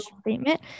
statement